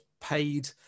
paid